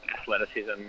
athleticism